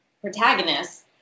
protagonists